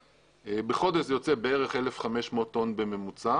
בחודש זה יוצא בערך 1,500 טון בממוצע.